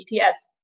ETS